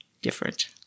Different